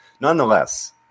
nonetheless